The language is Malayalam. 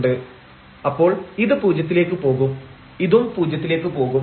⟹ Δzdzϵ1 Δxϵ2 Δy ⟹ Differentiability of f അപ്പോൾ ഇത് പൂജ്യത്തിലേക്ക് പോകും ഇതും പൂജ്യത്തിലേക്ക് പോകും